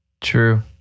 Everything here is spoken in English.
True